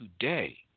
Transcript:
today